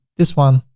this one,